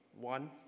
one